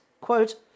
quote